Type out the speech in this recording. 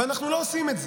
אבל אנחנו לא עושים את זה,